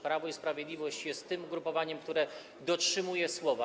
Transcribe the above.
Prawo i Sprawiedliwość jest tym ugrupowaniem, które dotrzymuje słowa.